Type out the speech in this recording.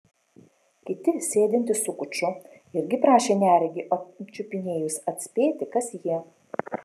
kiti sėdintys su kuču irgi prašė neregį apčiupinėjus atspėti kas jie